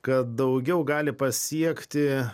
kad daugiau gali pasiekti